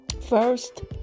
first